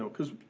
so cause